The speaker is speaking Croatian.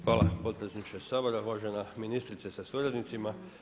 Hvala potpredsjedniče Sabora, uvažena ministrice sa suradnicima.